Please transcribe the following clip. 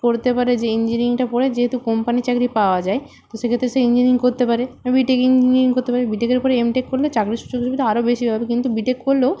পড়তে পারে যে ইঞ্জিয়ারিংটা পড়ে যেহেতু কোম্পানির চাকরি পাওয়া যায় তো সেক্ষেত্রে সে ইঞ্জিনিয়ারিং করতে পারে বি টেক ইঞ্জিনিয়ারিং করতে পারে বি টেকের পর এম টেক করলে চাকরির সুযোগ সুবিধা আরও বেশি পাবে কিন্তু বি টেক করলেও